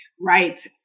Right